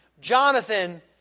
Jonathan